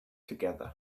together